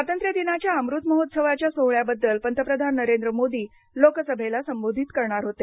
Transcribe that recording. स्वातंत्र्यदिनाच्या अमृत महोत्सवाच्या सोहळ्याबद्दल पंतप्रधान नरेंद्र मोदी लोकसभेला संबोधित करणार होते